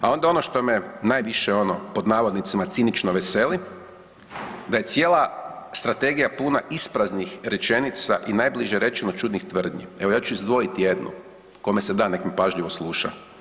A onda ono što me najviše ono „cinično“ veseli, da je cijela strategija puna ispraznih rečenica i najbliže rečeno čudnih tvrdnji, evo ja ću izdvojiti jednu, kome se da nek me pažljivo sluša.